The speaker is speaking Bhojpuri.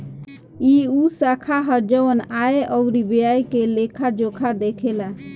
ई उ शाखा ह जवन आय अउरी व्यय के लेखा जोखा देखेला